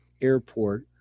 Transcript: airport